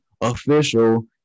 official